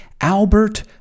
Albert